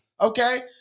Okay